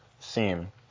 theme